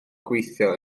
gweithio